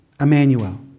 Emmanuel